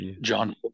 John